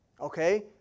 Okay